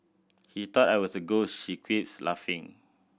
he thought I was a ghost she quips laughing